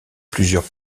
plusieurs